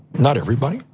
not everybody,